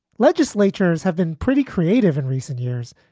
legislatures have been pretty creative in recent years.